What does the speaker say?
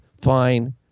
fine